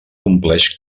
compleix